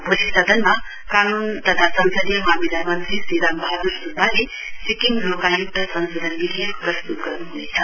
भोलि सदनमा कानून तथा संसदीय मामिला मन्त्रील श्री रामवहादुर सुब्बाले सिक्किम लोकयुक्त संशोधन विधेयक प्रस्तुत गर्नुहुनेछ